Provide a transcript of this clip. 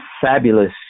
fabulous